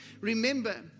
Remember